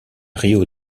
rio